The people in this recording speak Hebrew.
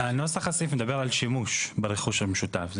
נוסח הסעיף מדבר על שימוש ברכוש המשותף.